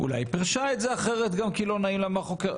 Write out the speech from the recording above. אולי היא פירשה את זה אחרת כי לא נעים לה מהחוקר.